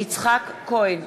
יצחק כהן,